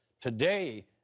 Today